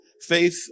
faith